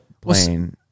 plane